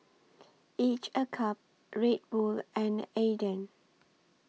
Each A Cup Red Bull and Aden